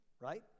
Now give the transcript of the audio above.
right